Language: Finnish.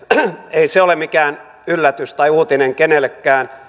ei se ole mikään yllätys tai uutinen kenellekään